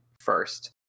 first